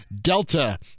Delta